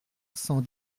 cent